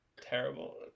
terrible